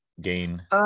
gain